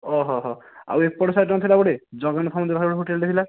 ଓ ହୋ ହୋ ଆଉ ଏପଟ ସାଇଡ଼ରେ ଥିଲା ଗୋଟିଏ ହୋଟେଲଟେ ଥିଲା